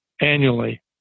annually